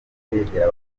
yegera